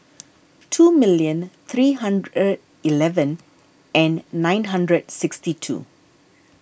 two million three hundred eleven and nine hundred sixty two